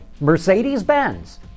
Mercedes-Benz